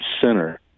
center